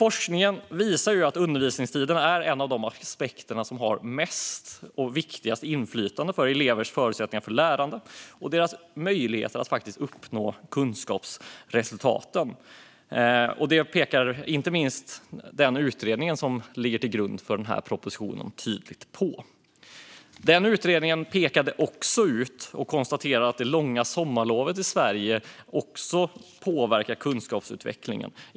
Forskningen visar att undervisningstiden är en av de aspekter som har mest och viktigast inflytande på elevers förutsättningar för lärande och deras möjligheter att uppnå goda kunskapsresultat. Inte minst den utredning som ligger till grund för propositionen pekar tydligt på detta. Utredningen pekade också ut och konstaterade att det långa sommarlovet i Sverige påverkar kunskapsutvecklingen.